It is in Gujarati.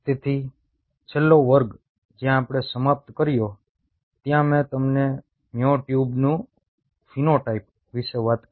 તેથી છેલ્લો વર્ગ જ્યાં આપણે સમાપ્ત કર્યો ત્યાં મેં તમને મ્યોટ્યુબના ફિનોટાઇપ વિશે વાત કરી